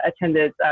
attended